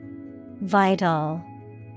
Vital